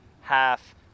half